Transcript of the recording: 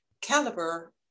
Caliber